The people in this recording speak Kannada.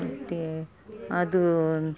ಮತ್ತು ಅದು